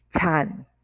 chan